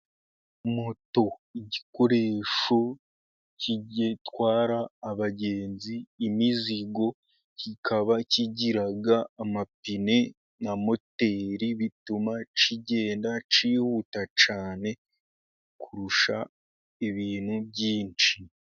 Moto igikoresho gitwara abagenzi, imizingo, kikaba kigira amapine na moteri bituma kigenda cyihuta cyane kurusha ibintu byinshi.